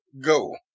Go